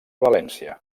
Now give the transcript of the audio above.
valència